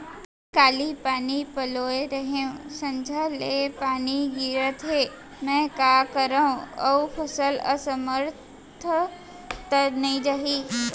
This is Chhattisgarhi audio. काली पानी पलोय रहेंव, संझा ले पानी गिरत हे, मैं का करंव अऊ फसल असमर्थ त नई जाही?